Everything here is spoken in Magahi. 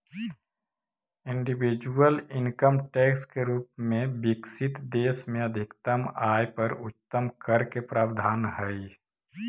इंडिविजुअल इनकम टैक्स के रूप में विकसित देश में अधिकतम आय पर उच्चतम कर के प्रावधान हई